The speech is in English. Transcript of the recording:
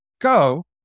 go